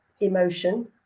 emotion